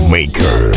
Maker